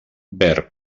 verb